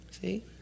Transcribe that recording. See